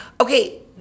Okay